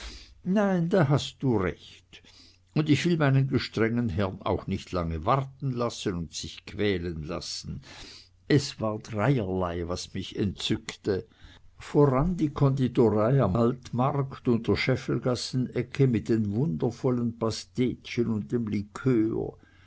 nein da hast du recht und ich will meinen gestrengen herrn auch nicht lange warten und sich quälen lassen es war dreierlei was mich entzückte voran die konditorei am altmarkt und der scheffelgassen ecke mit den wundervollen pastetchen und dem likör